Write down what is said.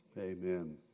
Amen